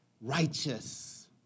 righteous